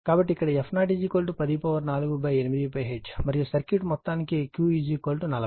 కాబట్టి ఇక్కడ f0 104 8π hertz మరియు సర్క్యూట్ మొత్తానికి Q 40